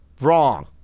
wrong